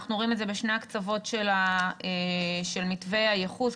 אנחנו רואים את זה בשני הקצוות של מתווה הייחוס,